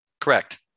Correct